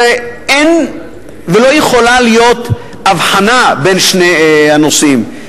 הרי אין ולא יכולה להיות הבחנה בין שני הנושאים.